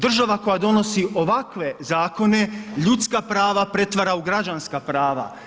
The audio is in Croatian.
Država koja donosi ovakve zakone, ljudska prava pretvara u građanska prava.